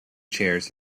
chairs